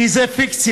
כי זה פיקציה.